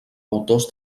autors